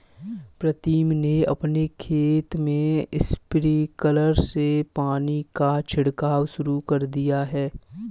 प्रीतम ने अपने खेत में स्प्रिंकलर से पानी का छिड़काव शुरू कर दिया है